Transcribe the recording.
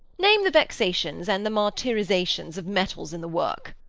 name the vexations, and the martyrisations of metals in the work.